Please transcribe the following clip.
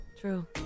True